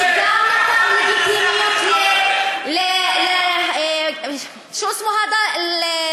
שגם נתן לגיטימיות שו אסמו האדה?